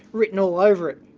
written all over it.